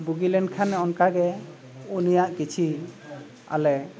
ᱵᱩᱜᱤ ᱞᱮᱱᱠᱷᱟᱱᱮ ᱚᱱᱠᱟ ᱜᱮ ᱩᱱᱤᱭᱟᱜ ᱠᱤᱪᱷᱤ ᱟᱞᱮ